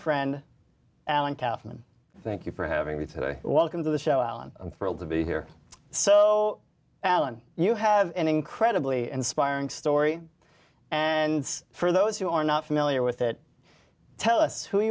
friend alan kathman thank you for having me today welcome to the show alan i'm thrilled to be here so alan you have an incredibly inspiring story and for those who are not familiar with it tell us who